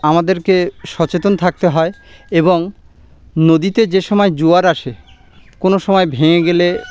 আমাদেরকে সচেতন থাকতে হয় এবং নদীতে যেসময় জোয়ার আসে কোনো সময় ভেঙে গেলে